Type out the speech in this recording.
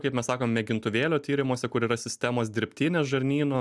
kaip mes sakom mėgintuvėlio tyrimuose kur yra sistemos dirbtinės žarnyno